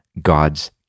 God's